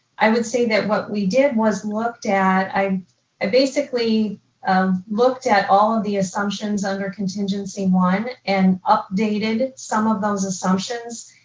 i would say that what we did was looked at, i ah basically looked at all of the assumptions under contingency one and updated some of those assumptions,